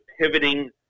pivoting